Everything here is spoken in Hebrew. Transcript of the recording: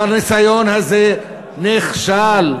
הניסיון הזה נכשל.